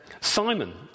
Simon